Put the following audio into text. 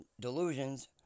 delusions